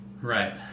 Right